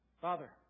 Father